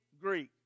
Greek